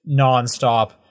nonstop